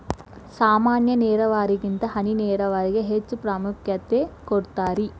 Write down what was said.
ಸಾಮಾನ್ಯ ನೇರಾವರಿಗಿಂತ ಹನಿ ನೇರಾವರಿಗೆ ಹೆಚ್ಚ ಪ್ರಾಮುಖ್ಯತೆ ಕೊಡ್ತಾರಿ